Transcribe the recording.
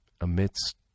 Amidst